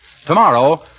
Tomorrow